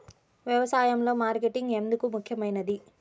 వ్యసాయంలో మార్కెటింగ్ ఎందుకు ముఖ్యమైనది?